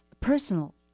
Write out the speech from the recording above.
personal